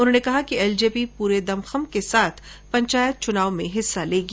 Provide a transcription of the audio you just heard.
उन्होंने कहा कि एलजेपी पूरे दमखम के साथ पंचायत चुनाव में हिस्सा लेगी